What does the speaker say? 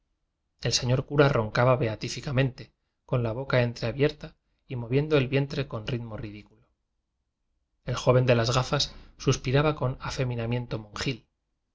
el señor cura roncaba beatíficamen te con la boca entreabierta y moviendo el vientre con ritmo ridículo el joven de las gafas suspiraba con afeminamiento monjil